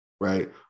right